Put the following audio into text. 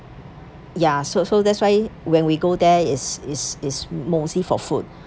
ya so so that's why when we go there is is is mostly for food